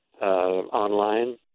online